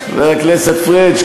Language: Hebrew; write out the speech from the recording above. חבר הכנסת פריג',